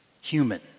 human